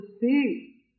see